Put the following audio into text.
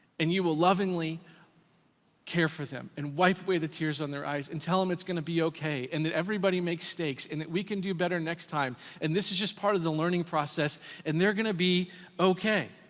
and you will lovingly care for them and wipe away the tears on their eyes and tell them it's gonna be okay and that everybody makes mistakes and that we can do better next time and this is just part of the learning process and they're gonna be okay.